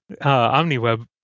OmniWeb